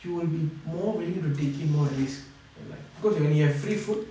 you will be more willing to taking more risks like because when you have free food